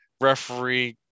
referee